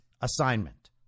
assignment